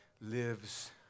lives